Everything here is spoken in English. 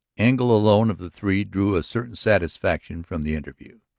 engle alone of the three drew a certain satisfaction from the interview.